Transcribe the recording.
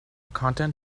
content